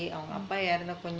mm